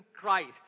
Christ